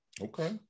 okay